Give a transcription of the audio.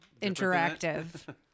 interactive